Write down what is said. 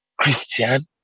Christian